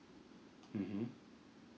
mmhmm